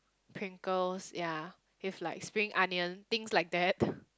Pringles ya with like spring onions things like that